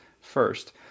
first